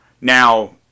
Now